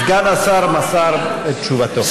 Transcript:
סגן השר מסר את תשובתו.